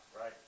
Right